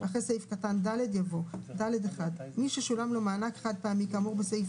אחרי סעיף קטן (ד) יבוא: "(ד1)מי ששולם לו מענק חד-פעמי כאמור בסעיף